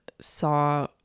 saw